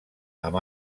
amb